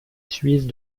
suisse